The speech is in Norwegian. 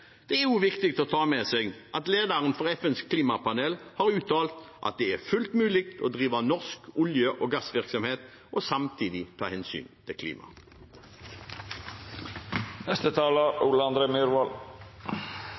Det er også viktig å ha med seg at lederen for FNs klimapanel har uttalt at det er fullt ut mulig å drive norsk olje- og gassvirksomhet og samtidig ta hensyn til